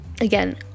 again